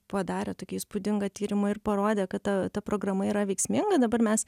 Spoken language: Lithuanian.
padarę tokį įspūdingą tyrimą ir parodė kad ta ta programa yra veiksminga dabar mes